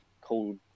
called